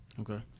Okay